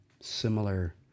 similar